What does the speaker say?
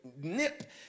nip